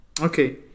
Okay